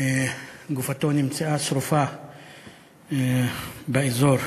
וגופתו נמצאה שרופה באזור,